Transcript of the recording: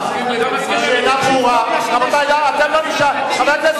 שחבר הכנסת